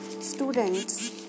Students